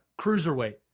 cruiserweight